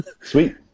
sweet